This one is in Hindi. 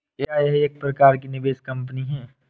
क्या यह एक प्रकार की निवेश कंपनी है?